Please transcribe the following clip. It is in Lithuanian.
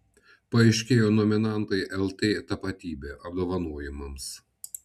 paaiškėjo nominantai lt tapatybė apdovanojimams